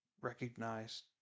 recognize